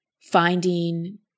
finding